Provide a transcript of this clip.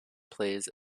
plays